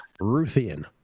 Ruthian